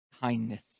kindness